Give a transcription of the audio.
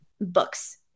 books